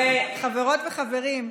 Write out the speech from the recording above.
חברות וחברים,